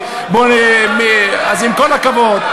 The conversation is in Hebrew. אז עם כל הכבוד,